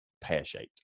pear-shaped